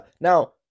now